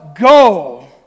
Go